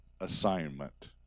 assignment